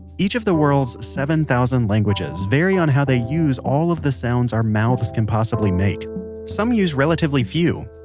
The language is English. each of the world's seven thousand languages vary on how they use all of the sounds our mouths can possibly make some use relatively few.